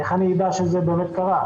איך אדע שזה באמת קרה?